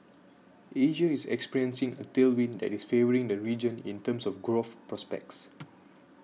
Asia is experiencing a tailwind that is favouring the region in terms of growth prospects